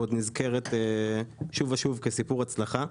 ועוד נזכרת שוב ושוב כסיפור הצלחה.